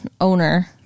owner